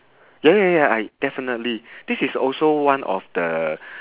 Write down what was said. ya ya ya I definitely this is also one of the